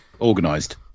organised